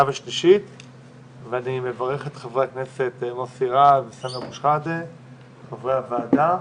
ושלישית ואני מברך את חברי הכסת מוסי רז ואוסאמה אבו שחאדה חברי הוועדה,